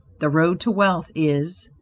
the road to wealth is,